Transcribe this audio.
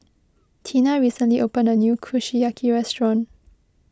Tina recently opened a new Kushiyaki restaurant